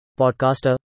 podcaster